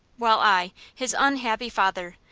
while i, his unhappy father,